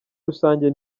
rusange